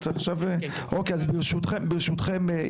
ברשותכם,